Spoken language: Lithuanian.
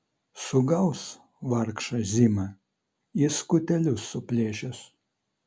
sugaus vargšą zimą į skutelius suplėšys